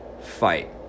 fight